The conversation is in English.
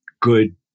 good